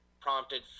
prompted